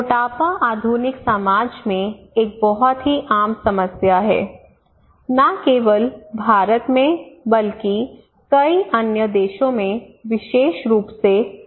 मोटापा आधुनिक समाज में एक बहुत ही आम समस्या है न केवल भारत में बल्कि कई अन्य देशों में विशेष रूप से अमेरिका में